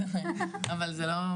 עוד טרום החוק,